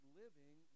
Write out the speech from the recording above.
living